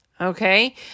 Okay